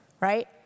right